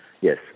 Yes